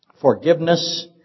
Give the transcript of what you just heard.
forgiveness